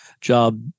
job